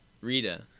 Rita